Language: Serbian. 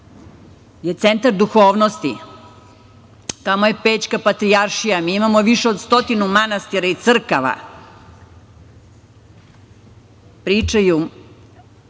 je centar duhovnosti. Tamo je Pećka patrijaršija, mi imamo više od stotinu manastira i crkava. Pričaju